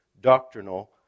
doctrinal